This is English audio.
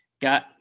got